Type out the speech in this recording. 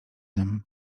nym